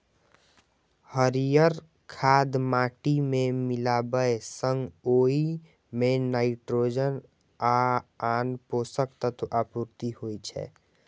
हरियर खाद माटि मे मिलाबै सं ओइ मे नाइट्रोजन आ आन पोषक तत्वक आपूर्ति होइ छै